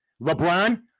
LeBron